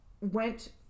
went